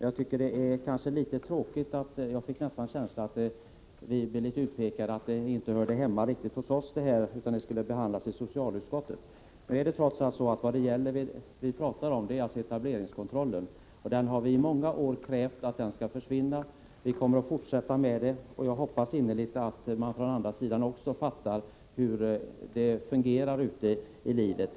Jag fick känslan av att Doris Håvik menade att det här ärendet inte riktigt hörde hemma hos socialförsäkringsutskottet utan skulle behandlas i socialutskottet, och det tycker jag är litet tråkigt. Vad vi talar om är trots allt etableringskontrollen. Vi har i många år krävt att den skall försvinna, och vi kommer att fortsätta med det. Jag hoppas innerligt att man från andra sidan också fattar hur det fungerar ute i livet.